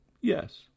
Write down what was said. Yes